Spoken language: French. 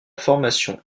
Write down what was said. formation